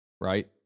right